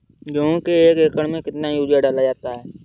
गेहूँ के एक एकड़ में कितना यूरिया डाला जाता है?